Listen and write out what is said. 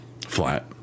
flat